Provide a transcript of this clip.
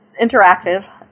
interactive